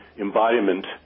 embodiment